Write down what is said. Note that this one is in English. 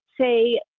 say